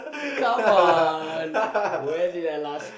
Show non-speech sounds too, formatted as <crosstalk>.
<laughs>